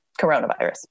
Coronavirus